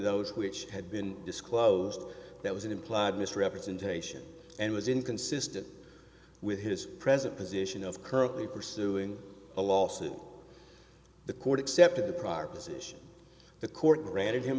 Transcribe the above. those which had been disclosed that was an implied misrepresentation and was inconsistent with his present position of currently pursuing a lawsuit the court accepted the prior position the court granted him